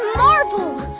marble!